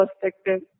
perspective